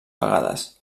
vegades